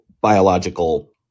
biological